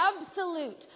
absolute